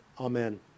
Amen